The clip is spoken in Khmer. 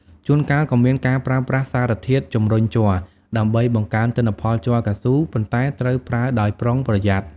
ជួនកាលក៏មានការប្រើប្រាស់សារធាតុជំរុញជ័រ ដើម្បីបង្កើនទិន្នផលជ័រកៅស៊ូ ប៉ុន្តែត្រូវប្រើដោយប្រុងប្រយ័ត្ន។